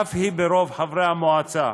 אף היא ברוב חברי המועצה.